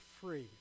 free